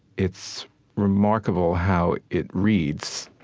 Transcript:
it's remarkable how it reads